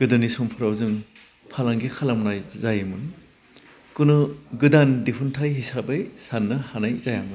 गोदोनि समफ्राव जों फालांगि खालामनाय जायोमोन खुनु गोदाम दिहुन्थाइ हिसाबै सान्नो हानाय जायामोन